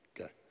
Okay